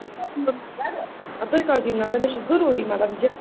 تُہۍ کر دِیِو نظر تُہۍ کَر دِیِو نظر مےٚ چھُ ضروٗری مَطلَب جلدی